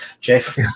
Jeff